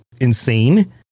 insane